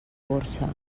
borsa